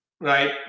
right